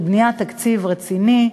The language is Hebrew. לבניית תקציב רציני,